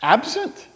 Absent